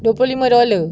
dua puluh lima dollar